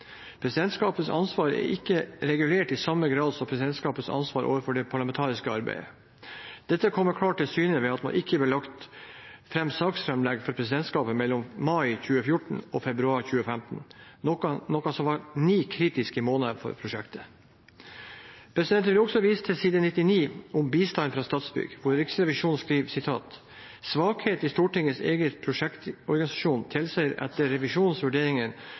presidentskapets styring kan bli noe tilfeldig. Presidentskapets ansvar er ikke regulert i samme grad som presidentskapets ansvar overfor det parlamentariske arbeidet. Dette kommer klart til syne ved at det ikke ble lagt fram saksframlegg for presidentskapet mellom mai 2014 og februar 2015. Dette var ni kritiske måneder for prosjektet. Jeg vil også vise til side 99, om bistand fra Statsbygg, hvor Riksrevisjonen skriver: «Svakhetene i Stortingets egen prosjektorganisasjon tilsier etter revisjonens